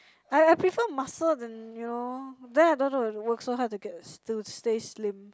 I I prefer muscle than you know then I don't have to work so hard to get to still stay slim